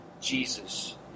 Jesus